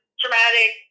traumatic